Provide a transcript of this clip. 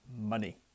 money